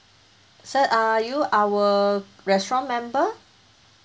sir are you our restaurant member